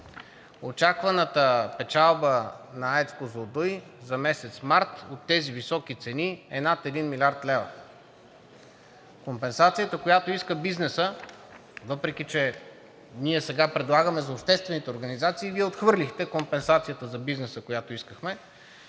Очакваната печалба на АЕЦ „Козлодуй“ за месец март от тези високи цени е над 1 млрд. лв. Компенсацията, която иска бизнесът, въпреки че ние сега предлагаме за обществените организации, Вие отхвърлихте компенсацията за бизнеса, която искахме,